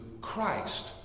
Christ